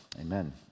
Amen